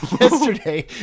yesterday